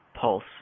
pulse